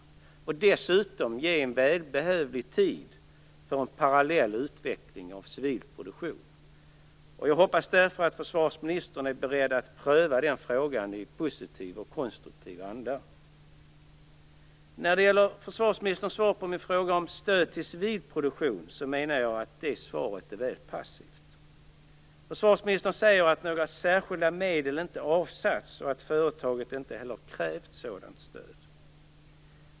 Det skulle dessutom ge välbehövlig tid för en parallell utveckling av civil produktion. Jag hoppas därför att försvarsministern är beredd att pröva den frågan i positiv och konstruktiv anda. Försvarsministerns svar på min fråga om stöd till civil produktion är väl passivt. Försvarsministern sade att några särskilda medel inte avsatts och att företaget inte heller krävt sådant stöd.